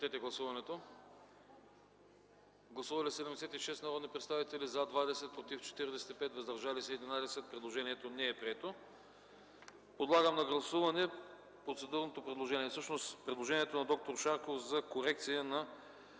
предложението на д-р Шарков за корекция на